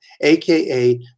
AKA